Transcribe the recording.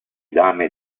dame